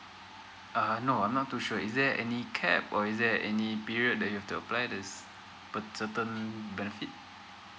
uh no I'm not too sure is there any cap or is there any period that you have to apply this certain benefit